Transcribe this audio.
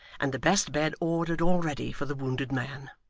and the best bed ordered already for the wounded man!